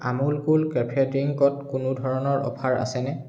Amul cool cafe ড্ৰিংকত কোনো ধৰণৰ অফাৰ আছেনে